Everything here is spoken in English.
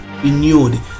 renewed